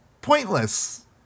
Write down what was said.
pointless